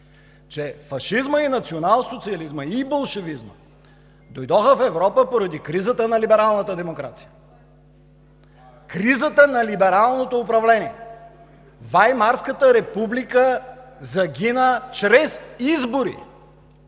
че фашизмът, и националсоциализмът, и болшевизмът дойдоха в Европа поради кризата на либералната демокрация, кризата на либералното управление. Ваймарската република загина чрез избори!